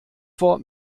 vor